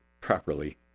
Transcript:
properly